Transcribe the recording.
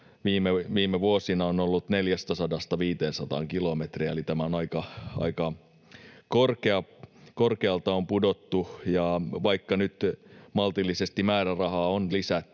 viime vuosina on ollut 400—500 kilometriä, eli aika korkealta on pudottu, ja vaikka nyt maltillisesti määrärahaa on lisätty,